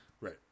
right